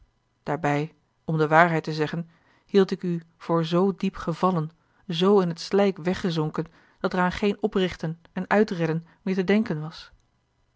daarbij om de waarheid te a l g bosboom-toussaint de delftsche wonderdokter eel hield ik u voor zoo diep gevallen zoo in t slijk weggezonken dat er aan geen oprichten en uitredden meer te denken was